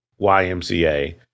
YMCA